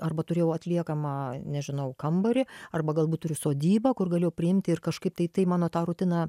arba turėjau atliekamą nežinau kambarį arba galbūt turiu sodybą kur galėjau priimti ir kažkaip tai tai mano tą rutiną